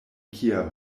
kia